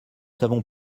savons